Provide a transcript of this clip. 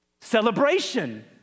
Celebration